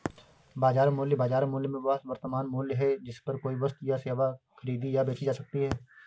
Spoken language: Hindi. बाजार मूल्य, बाजार मूल्य में वह वर्तमान मूल्य है जिस पर कोई वस्तु या सेवा खरीदी या बेची जा सकती है